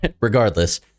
regardless